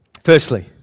Firstly